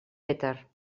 peter